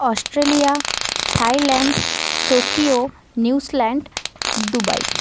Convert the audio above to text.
Australia Thailand Tokyo New Zealand Dubai